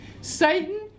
Satan